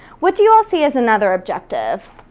what do you all see as another objective?